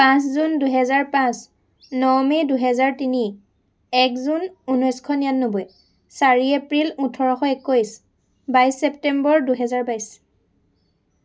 পাঁচ জুন দুহেজাৰ পাঁচ ন মে দুহেজাৰ তিনি এক জুন ঊনৈছশ নিৰানব্বৈ চাৰি এপ্ৰিল ওঠৰশ একৈশ বাইছ ছেপ্তেম্বৰ দুহেজাৰ বাইছ